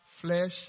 flesh